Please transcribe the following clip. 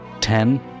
Ten